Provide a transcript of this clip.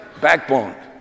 Backbone